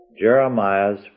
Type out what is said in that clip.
Jeremiah's